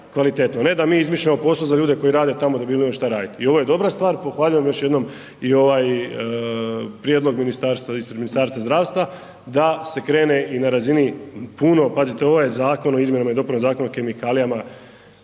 ne da mi izmišljamo poso za ljude koji rade tamo da bi imali šta radit. I ovo je dobra stvar, pohvaljujem još jednom i ovaj prijedlog ministarstva, ispred Ministarstva zdravstva da se krene i na razini puno, pazite ovaj je Zakon o izmjenama i dopunama Zakona o kemikalijama,